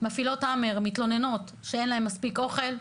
מפעילות האמר מתלוננות שאין להם מספיק אוכל.